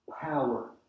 power